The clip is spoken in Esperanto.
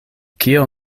kio